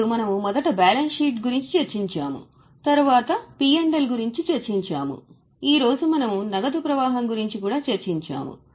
ఇప్పుడు మనము మొదట బ్యాలెన్స్ షీట్ గురించి చర్చించాము తరువాత మేము P L గురించి చర్చించాము ఈ రోజు మనం నగదు ప్రవాహం గురించి కూడా చర్చించాము